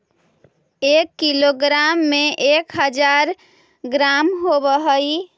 एक किलोग्राम में एक हज़ार ग्राम होव हई